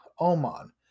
Oman